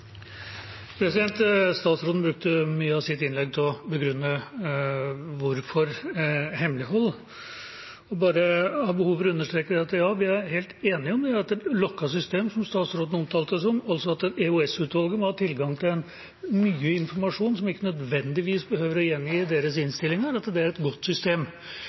Statsråden brukte mye av sitt innlegg til å begrunne hvorfor en skal ha hemmelighold. Jeg har bare behov for å understreke at vi er helt enige om at et lukket system, som statsråden omtalte det som, at EOS-utvalget må ha tilgang til mye informasjon som ikke nødvendigvis behøver å gjengis i deres innstillinger, er et godt system.